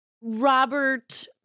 Robert